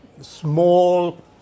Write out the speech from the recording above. small